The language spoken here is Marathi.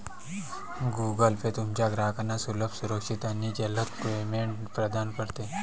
गूगल पे तुमच्या ग्राहकांना सुलभ, सुरक्षित आणि जलद पेमेंट प्रदान करते